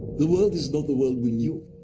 the world is not the world we knew.